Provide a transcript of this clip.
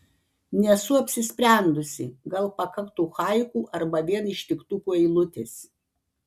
nesu apsisprendusi gal pakaktų haiku arba vien ištiktukų eilutės